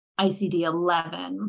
ICD-11